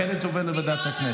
אחרת זה עובר לוועדת הכנסת.